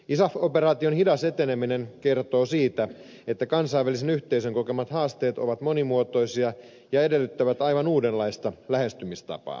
isaf operaation hidas eteneminen kertoo siitä että kansainvälisen yhteisön kokemat haasteet ovat monimuotoisia ja edellyttävät aivan uudenlaista lähestymistapaa